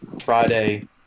Friday